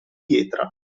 pietra